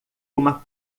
uma